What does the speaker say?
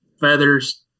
feathers